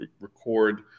record